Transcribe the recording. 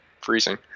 freezing